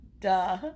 duh